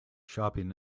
shopping